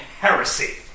heresy